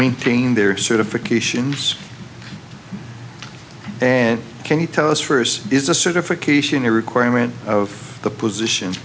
maintain their certifications and can you tell us for us is a certification a requirement of the positions